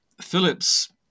Phillips